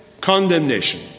condemnation